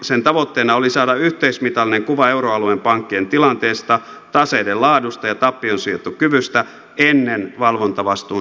sen tavoitteena oli saada yhteismitallinen kuva euroalueen pankkien tilanteesta taseiden laadusta ja tappionsietokyvystä ennen valvontavastuun siirtymistä ekplle